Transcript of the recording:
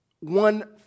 one